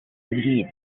lead